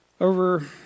over